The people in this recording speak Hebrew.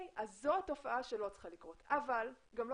זו תופעה שלא צריכה לקרות אבל גם לא